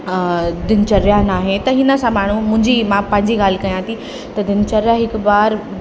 दिनचर्या न आहे त हिन सां माण्हू मुंहिंजी मां पंहिंजी ॻाल्हि कयां थी त दिनचर्या हिकु बार